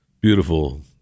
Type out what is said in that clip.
beautiful